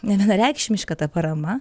nevienareikšmiška ta parama